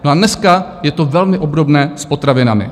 A dneska je to velmi obdobné s potravinami.